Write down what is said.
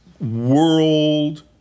world